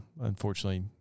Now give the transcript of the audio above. Unfortunately